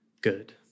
good